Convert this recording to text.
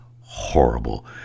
horrible